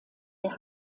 der